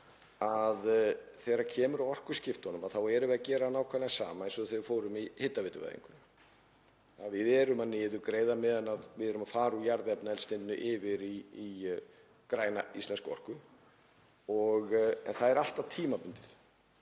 að þegar kemur að orkuskiptunum þá erum við að gera nákvæmlega það sama eins og þegar við fórum í hitaveituvæðinguna. Við erum að niðurgreiða meðan við erum að fara úr jarðefnaeldsneyti yfir í græna íslenska orku. En það er alltaf tímabundið.